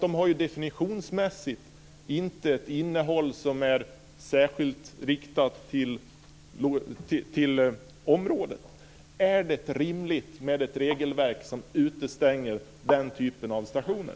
De har ju definitionsmässigt inte ett innehåll som är särskilt riktat till området. Är det rimligt med ett regelverk som utestänger den typen av stationer?